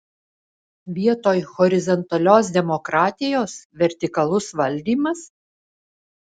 vietoj horizontalios demokratijos vertikalus valdymas